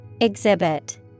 Exhibit